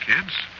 Kids